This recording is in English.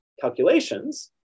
calculations